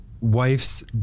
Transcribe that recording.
wife's